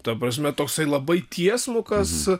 ta prasme toksai labai tiesmukas